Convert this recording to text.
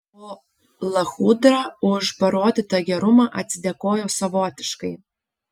o lachudra už parodytą gerumą atsidėkojo savotiškai